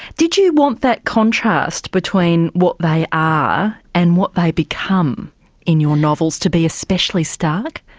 did you want that contrast between what they are and what they become in your novels to be especially stark?